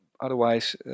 otherwise